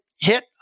hit